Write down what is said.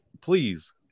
please